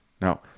Now